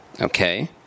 Okay